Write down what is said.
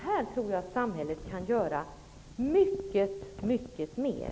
Här tror jag att samhället kan göra mycket mer.